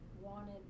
wanted